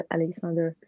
Alexander